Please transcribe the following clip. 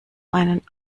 einen